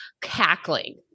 cackling